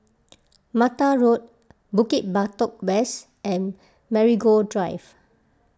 Mata Road Bukit Batok West and Marigold Drive